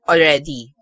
Already